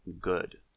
good